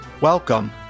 Welcome